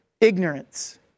ignorance